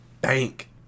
bank